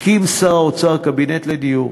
הקים שר האוצר קבינט לדיור,